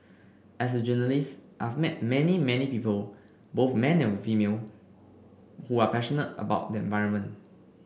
as a journalist I've met many many people both male and female who are passionate about the environment